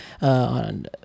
on